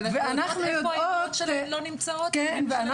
ואנחנו יודעות מיכל.